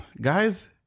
Guys